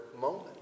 moment